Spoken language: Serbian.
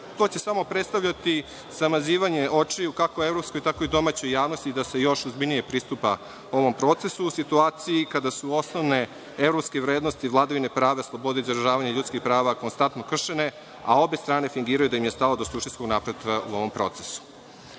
To će samo predstavljati zamazivanje očiju, kako evropskoj, tako i domaćoj javnosti da se još ozbiljnije pristupa ovom procesu, u situaciji kada su osnovne evropske vrednosti, vladavina prava, slobode izražavanja ljudskih prava konstantno kršene, a obe strane fingiraju da im je stalo do suštinskog napretka u ovom procesu. Sada